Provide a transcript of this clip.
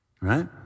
right